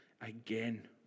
again